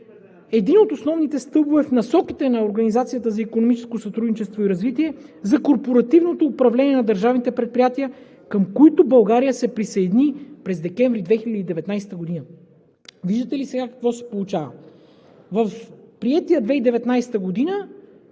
един от основните стълбове в насоките на Организацията за икономическо сътрудничество и развитие, за корпоративното управление на държавните предприятия, към които България се присъедини през месец декември 2019 г. Виждате ли сега какво се получава? В приетия закон